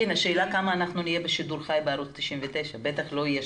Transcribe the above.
כרגע תצפו בערוץ 99 ואנחנו בודקים את